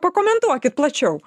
pakomentuokit plačiau